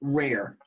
rare